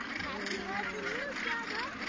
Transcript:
have you heard the news, radha?